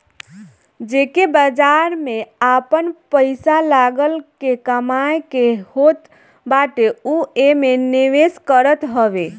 जेके बाजार में आपन पईसा लगा के कमाए के होत बाटे उ एमे निवेश करत हवे